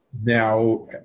Now